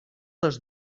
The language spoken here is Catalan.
les